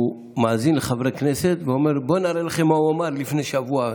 הוא מאזין לחברי כנסת ואומר: בואו נראה לכם מה הוא אמר לפני שבוע.